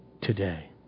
today